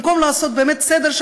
במקום לעשות שם באמת סדר,